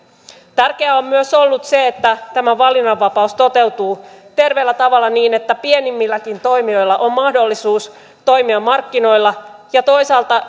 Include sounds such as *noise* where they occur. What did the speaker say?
tärkeää on myös ollut se että tämä valinnanvapaus toteutuu terveellä tavalla niin että pienimmilläkin toimijoilla on mahdollisuus toimia markkinoilla ja toisaalta *unintelligible*